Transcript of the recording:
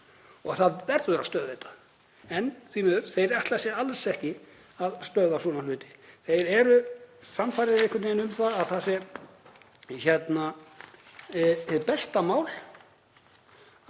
Það verður að stöðva þetta. En því miður, þeir ætla sér alls ekki að stöðva svona hluti. Þeir eru sannfærðir einhvern veginn um að það sé hið besta mál